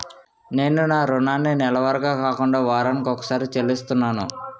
నేను నా రుణాన్ని నెలవారీగా కాకుండా వారాని కొక్కసారి చెల్లిస్తున్నాను